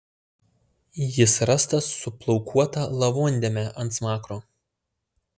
jis rastas su plaukuota lavondėme ant smakro